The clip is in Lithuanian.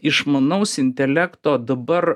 išmanaus intelekto dabar